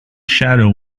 shadow